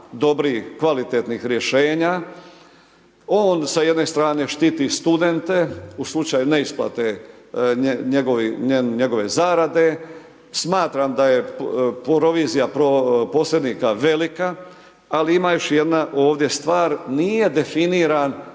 dobrih, kvalitetnih rješenja on sa jedne strane štiti studente u slučaju ne isplate njegove zarade, smatram da je provizija posrednika velika ali ima još jedna ovdje stvar nije definiran